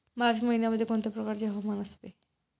मार्च महिन्यामध्ये कोणत्या प्रकारचे हवामान असते?